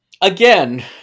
again